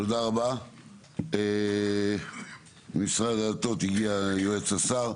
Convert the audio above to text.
תודה רבה, משרד הדתות הגיע יועץ השר,